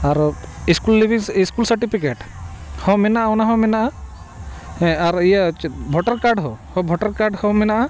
ᱟᱨᱚ ᱥᱠᱩᱞ ᱞᱤᱵᱷᱤᱝ school certificate ᱦᱚᱸ ᱢᱮᱱᱟᱜᱼᱟ ᱚᱱᱟᱦᱚᱸ ᱢᱮᱱᱟᱜᱼᱟ ᱦᱮᱸ ᱟᱨ ᱤᱭᱟᱹ ᱵᱷᱳᱴᱟᱨ ᱠᱟᱨᱰ ᱦᱚᱸ ᱵᱷᱳᱴᱟᱨ ᱠᱟᱨᱰ ᱦᱚᱸ ᱢᱮᱱᱟᱜᱼᱟ